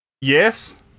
Yes